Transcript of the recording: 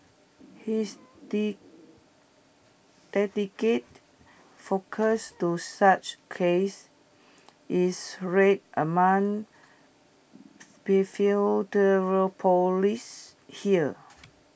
his dedicated focus to such case is rare among here